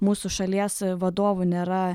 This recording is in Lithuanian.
mūsų šalies vadovų nėra